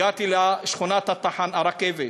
הגעתי לשכונת הרכבת,